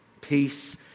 Peace